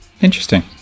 interesting